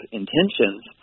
intentions